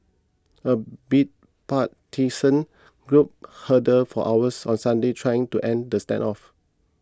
a bipartisan group huddled for hours on Sunday trying to end the standoff